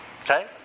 Okay